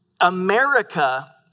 America